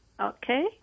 Okay